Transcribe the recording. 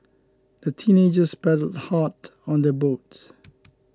the teenagers paddled hard on their boat